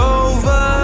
over